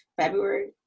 February